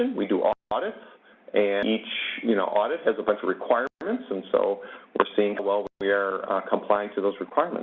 and we do audits and each you know audit has a bunch of requirements, and so we're seeing how well we are complying to those